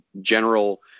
general